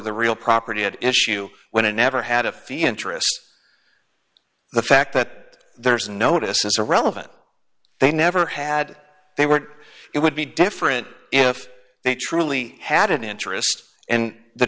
the real property at issue when it never had a fee interest the fact that there's notices are relevant they never had they were it would be different if they truly had an interest and the